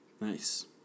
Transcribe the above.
Nice